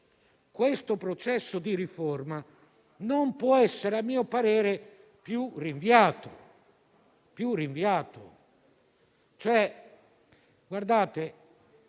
Questo processo di riforma non può essere, a mio parere, più rinviato.